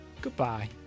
Goodbye